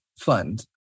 fund